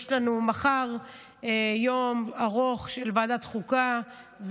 יש לנו מחר יום ארוך של ועדת חוקה,